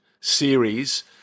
series